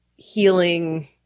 healing